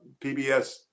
PBS